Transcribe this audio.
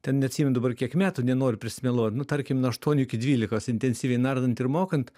ten neatsimen dabar kiek metų nenoriu prisimeluot nu tarkim nuo aštuonių iki dvylikos intensyviai nardant ir mokant